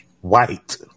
White